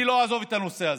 אני לא אעזוב את הנושא הזה.